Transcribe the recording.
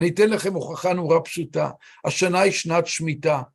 ניתן לכם הוכחה נורא פשוטה, השנה היא שנת שמיתה.